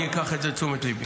אקח את זה לתשומת ליבי.